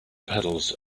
pedals